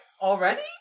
Already